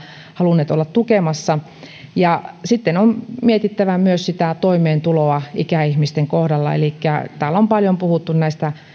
halunneet olla tukemassa sitten on mietittävä myös toimeentuloa ikäihmisten kohdalla elikkä täällä on paljon puhuttu näistä